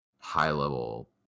high-level